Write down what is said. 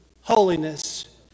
holiness